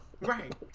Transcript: Right